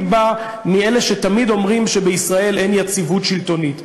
בא מאלה שתמיד אומרים שבישראל אין יציבות שלטונית.